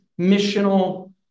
missional